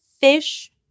fish